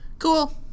cool